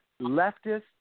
leftist